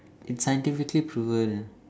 it's scientifically proven